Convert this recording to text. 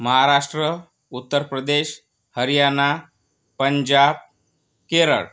Maharashtra Uttar Pradesh Haryana Punjab Kerala